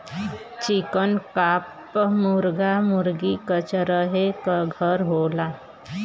चिकन coop मुरगा मुरगी क रहे क घर होला